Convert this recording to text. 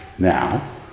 Now